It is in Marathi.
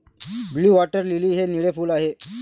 ब्लू वॉटर लिली हे निळे फूल आहे